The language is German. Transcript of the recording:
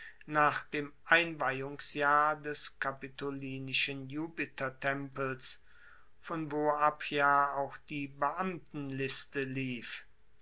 nach dem einweihungsjahr des kapitolinischen jupitertempels von wo ab ja auch die beamtenliste lief